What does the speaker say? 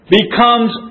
becomes